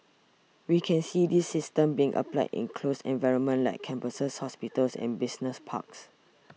we can see these systems being applied in closed environments like campuses hospitals and business parks